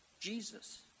Jesus